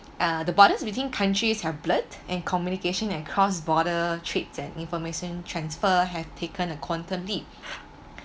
uh the borders between countries have blurred and communication and cross border threats and information transfer have taken a quantum leap